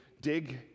dig